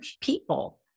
people